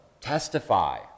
testify